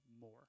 more